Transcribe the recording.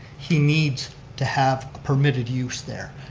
he needs to have permitted use there.